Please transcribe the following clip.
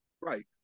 Right